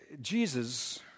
Jesus